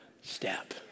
step